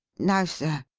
no, sir.